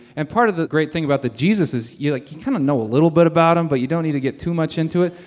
and part of the great thing about the jesus is, like, you kind of know a little bit about him, but you don't need to get too much into it.